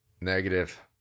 Negative